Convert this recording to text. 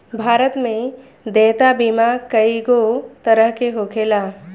भारत में देयता बीमा कइगो तरह के होखेला